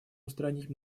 устранить